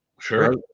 sure